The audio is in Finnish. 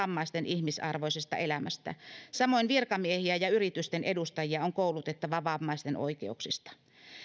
vammaisten ihmisarvoisesta elämästä samoin virkamiehiä ja yritysten edustajia on koulutettava vammaisten oikeuksista